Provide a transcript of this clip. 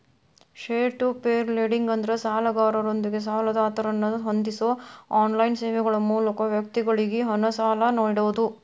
peer to peer lending ಅಂದ್ರ ಸಾಲಗಾರರೊಂದಿಗೆ ಸಾಲದಾತರನ್ನ ಹೊಂದಿಸೋ ಆನ್ಲೈನ್ ಸೇವೆಗಳ ಮೂಲಕ ವ್ಯಕ್ತಿಗಳಿಗಿ ಹಣನ ಸಾಲ ನೇಡೋದು